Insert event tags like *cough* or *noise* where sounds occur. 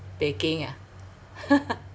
baking ah *laughs*